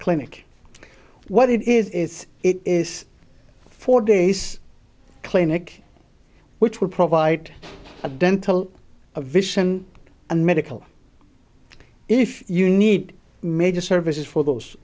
clinic what it is is it is four days clinic which will provide a dental vision and medical if you need major services for those